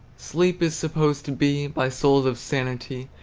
sleep is supposed to be, by souls of sanity,